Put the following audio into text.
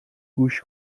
گوش